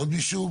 עוד מישהו?